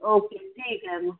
okay ठीक आहे मग